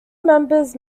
members